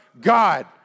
God